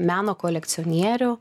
meno kolekcionierių